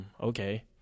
okay